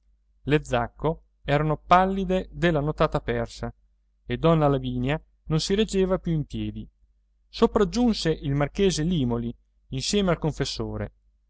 le zacco erano pallide della nottata persa e donna lavinia non si reggeva più in piedi sopraggiunse il marchese limòli insieme al confessore